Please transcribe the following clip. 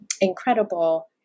incredible